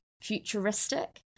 futuristic